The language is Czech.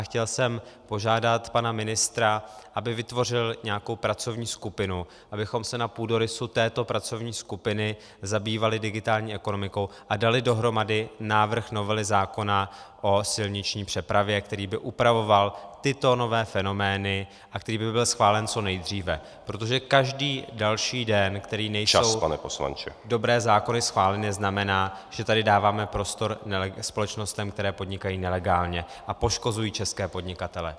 Chtěl jsem požádat pana ministra, aby vytvořil nějakou pracovní skupinu, abychom se na půdorysu této pracovní skupiny zabývali digitální ekonomikou a dali dohromady návrh novely zákona o silniční přepravě, který by upravoval tyto nové fenomény a který by byl schválen co nejdříve, protože každý další den , který nejsou dobré zákony schváleny, znamená, že tady dáváme prostor společnostem, které podnikají nelegálně a poškozují české podnikatele.